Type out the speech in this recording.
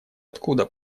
откуда